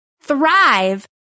thrive